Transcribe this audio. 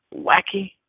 wacky